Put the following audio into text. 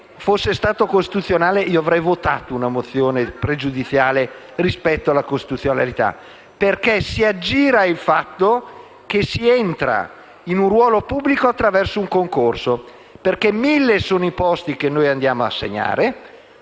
fosse stato costituzionale, avrei votato una questione pregiudiziale rispetto alla costituzionalità perché si aggira il principio che si entra in un ruolo pubblico attraverso un concorso. Mille sono infatti i posti che andiamo ad assegnare